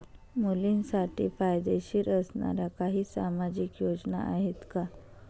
मुलींसाठी फायदेशीर असणाऱ्या काही सामाजिक योजना आहेत का?